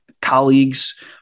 colleagues